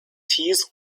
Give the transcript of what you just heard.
teas